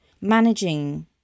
managing